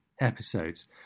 episodes